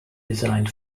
designed